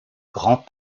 grand